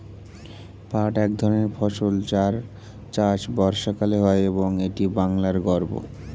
পাট এক ধরনের ফসল যার চাষ বর্ষাকালে হয় এবং এটি বাংলার গর্ব